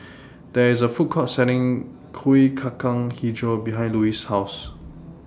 There IS A Food Court Selling Kuih Kacang Hijau behind Lois' House